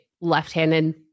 left-handed